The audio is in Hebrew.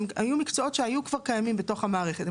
היו מקצועות שהיו כבר קיימים בתוך המערכת.